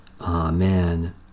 Amen